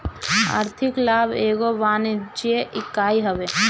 आर्थिक लाभ एगो वाणिज्यिक इकाई हवे